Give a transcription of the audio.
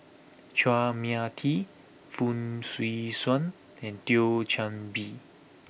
Chua Mia Tee Fong Swee Suan and Thio Chan Bee